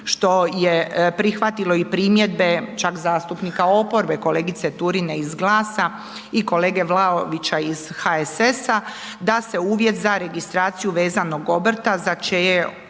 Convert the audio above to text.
što je prihvatilo i primjedbe čak zastupnika oporbe kolegice Turine iz GLAS-a i kolege Vlaovića iz HSS-a da se uvjet za registraciju vezanog obrta za čije